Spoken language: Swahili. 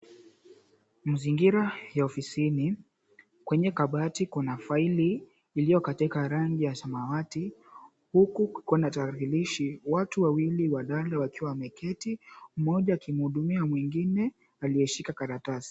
Mazingira ya ofisini, kwenye kabati kuna faili iliyo katika rangi ya samawati. Huku kukona tarakilishi, watu wawili wadada, mmoja akimhudumia mwengine aliyeshika karatasi.